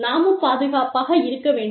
நாமும் பாதுகாப்பாக இருக்க வேண்டும்